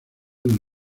del